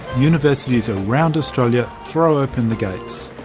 universities around australia throw open the gates.